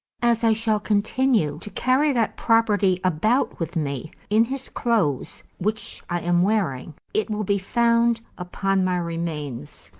as i shall con tinue to carry that property about with me in his clothes, which i am wearing, it will be found upon my remains,